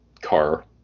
car